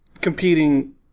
competing